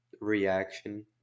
reaction